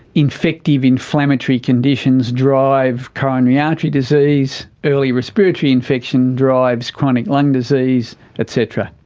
infective inflammatory conditions drive coronary artery disease, early respiratory infection drives chronic lung disease et cetera.